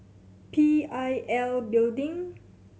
P I L Building